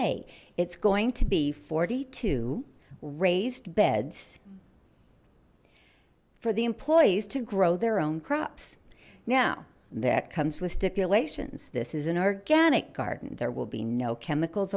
ay it's going to be forty two raised beds for the employees to grow their own crops now that comes with stipulations this is an organic garden there will be no chemicals